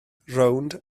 rownd